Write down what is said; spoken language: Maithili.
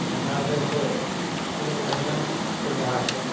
आओर हमरा आओरके जे छै बहुत बढ़िआँ सुविधा छै